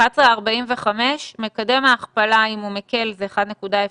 11:45 -מקדם ההכפלה אם הוא מקל זה 1.04%,